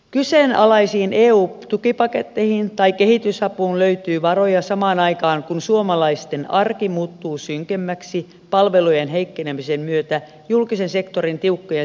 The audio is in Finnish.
kyseenalaisiin eu tukipaketteihin tai kehitysapuun löytyy varoja samaan aikaan kun suomalaisten arki muuttuu synkemmäksi palvelujen heikkenemisen myötä julkisen sektorin tiukkojen säästötoimien seurauksena